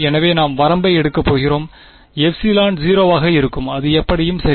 எனவே நாம் வரம்பை எடுக்கப் போகிறோம் ε 0 ஆக இருக்கும் அது எப்படியும் சரி